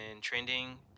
trending